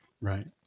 Right